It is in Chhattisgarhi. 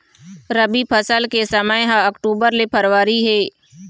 रबी फसल के समय ह अक्टूबर ले फरवरी हे